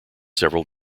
several